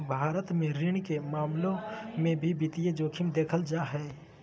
भारत मे ऋण के मामलों मे भी वित्तीय जोखिम देखल जा हय